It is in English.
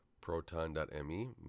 proton.me